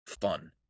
fun